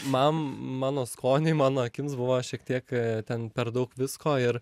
man mano skoniui mano akims buvo šiek tiek ten per daug visko ir